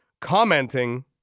commenting